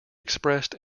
expressed